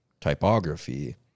typography